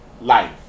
life